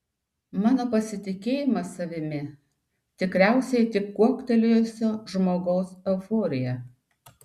mano pasitikėjimas savimi tikriausiai tik kuoktelėjusio žmogaus euforija